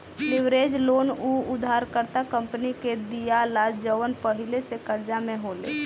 leverage loan उ उधारकर्ता कंपनी के दीआला जवन पहिले से कर्जा में होले